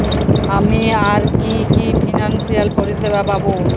আমি আর কি কি ফিনান্সসিয়াল পরিষেবা পাব?